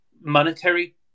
monetary